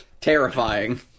terrifying